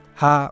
ha